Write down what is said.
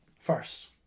First